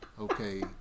okay